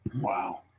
Wow